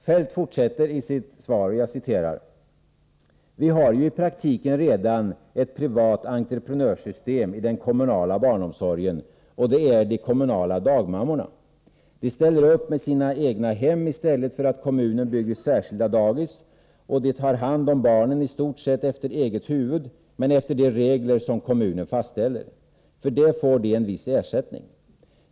Feldt fortsätter: ”Vi har ju i praktiken redan ett privat entreprenörsystem i den kommunala barnomsorgen och det är de kommunala dagmammorna. De ställer upp med sina egna hem istället för att kommunen bygger särskilda dagis och de tar hand om barnen i stort sett efter eget huvud men efter de regler som kommunen fastställer. För det får de en viss ersättning.